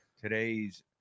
today's